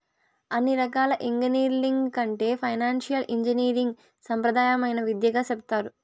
అన్ని రకాల ఎంగినీరింగ్ల కంటే ఫైనాన్సియల్ ఇంజనీరింగ్ సాంప్రదాయమైన విద్యగా సెప్తారు